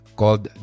called